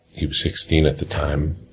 he was sixteen at the time,